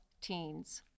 Teens